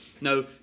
No